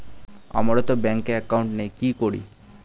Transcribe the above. আমারতো ব্যাংকে একাউন্ট নেই কি করি?